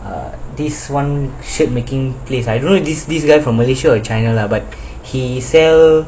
uh this one ship making place I don't know if this guy from malaysia or china lah but he sell